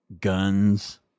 guns